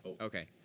okay